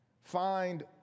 Find